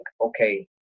okay